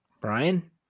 Brian